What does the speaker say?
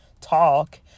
talk